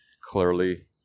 clearly